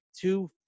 two